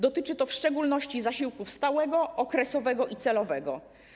Dotyczy to w szczególności zasiłków stałego, okresowego i celowego.